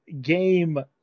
game